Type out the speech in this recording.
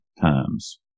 times